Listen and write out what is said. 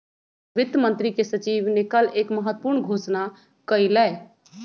वित्त मंत्री के सचिव ने कल एक महत्वपूर्ण घोषणा कइलय